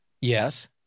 Yes